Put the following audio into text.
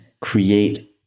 create